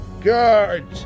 Good